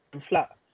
flat